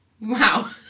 Wow